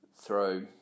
throw